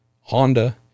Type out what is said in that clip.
Honda